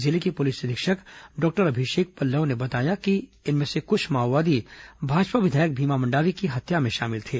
जिले के पुलिस अधीक्षक डॉक्टर अभिषेक पल्लव ने बताया की इसमें से कुछ माओवादी भाजपा विधायक भीमा मंडावी की हत्या में शामिल थे